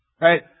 Right